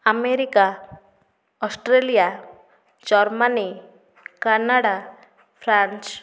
America Australia Germany Canada France